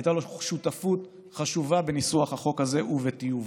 הייתה לו שותפות חשובה בניסוח החוק הזה ובטיובו.